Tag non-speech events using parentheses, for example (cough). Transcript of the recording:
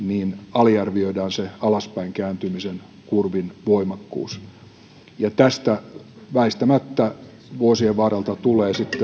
aliarvioidaan se alaspäin kääntymisen kurvin voimakkuus tästä väistämättä vuosien varrelta tulee sitten (unintelligible)